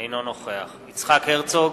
אינו נוכח יצחק הרצוג,